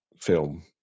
film